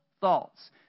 thoughts